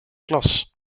klas